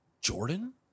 jordan